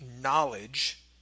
knowledge